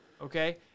Okay